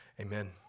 Amen